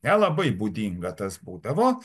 nelabai būdinga tas būdavo